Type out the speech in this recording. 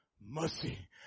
mercy